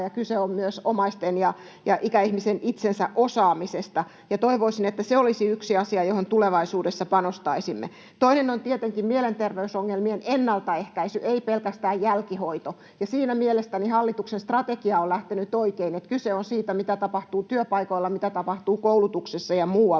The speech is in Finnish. kyse on myös omaisten ja ikäihmisen itsensä osaamisesta, ja toivoisin, että se olisi yksi asia, johon tulevaisuudessa panostaisimme. Toinen on tietenkin mielenterveysongelmien ennaltaehkäisy, ei pelkästään jälkihoito, ja siinä mielestäni hallituksen strategia on lähtenyt oikein, että kyse on siitä, mitä tapahtuu työpaikoilla, mitä tapahtuu koulutuksessa ja muualla,